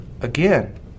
Again